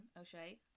O'Shea